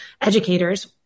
educators